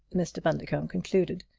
mr. bundercombe concluded,